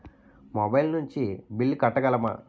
Mobile నుంచి bill కట్టగలమ?